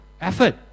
effort